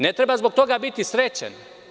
Ne treba zbog toga biti srećan.